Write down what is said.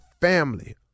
family